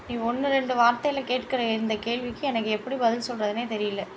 நீ ஒன்று ரெண்டு வார்த்தையில் கேட்கிற இந்த கேள்விக்கு எனக்கு எப்படி பதில் சொல்கிறதுன்னே தெரியல